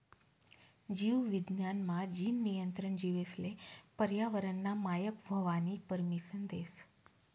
जीव विज्ञान मा, जीन नियंत्रण जीवेसले पर्यावरनना मायक व्हवानी परमिसन देस